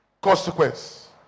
consequence